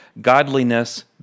godliness